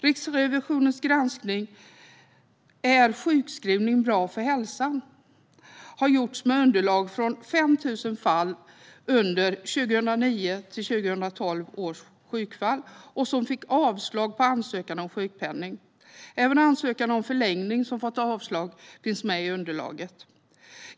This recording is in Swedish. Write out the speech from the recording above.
Riksrevisionens granskning Är sjukskrivning bra för hälsan? har gjorts med underlag från 5 000 fall bland 2009-2012 års sjukfall som fick avslag på ansökan om sjukpenning. Även ansökningar om förlängning som fått avslag finns med i underlaget.